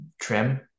Trim